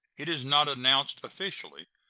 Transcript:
it is not announced officially,